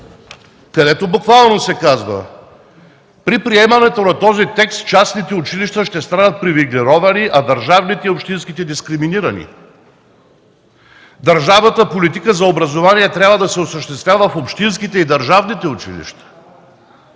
където буквално се казва: „При приемането на този текст частните училища ще станат привилегировани, а държавните и общинските – дискриминирани. Държавната политика за образование трябва да се осъществява в общинските и държавните училища.